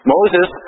Moses